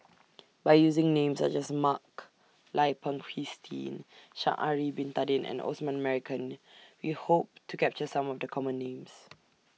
By using Names such as Mak Lai Peng Christine Sha'Ari Bin Tadin and Osman Merican We Hope to capture Some of The Common Names